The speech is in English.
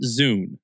Zune